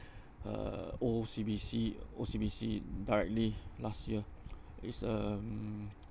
uh O_C_B_C O_C_B_C directly last year is um